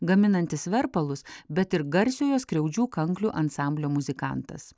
gaminantis verpalus bet ir garsiojo skriaudžių kanklių ansamblio muzikantas